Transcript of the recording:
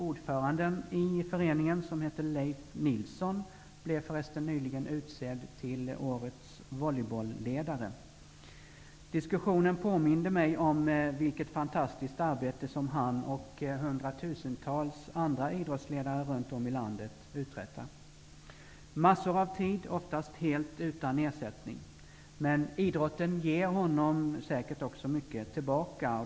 Ordföranden i föreningen, Leif Nilsson, blev förresten nyligen utsedd till årets volleybolledare. Diskussionen påminde mig om vilket fantastiskt arbete han och hundratusentals andra idrottsledare runt om i landet uträttar. Han lägger ned massor av tid och är oftast helt utan ersättning. Idrotten ger honom säkert också mycket tillbaka.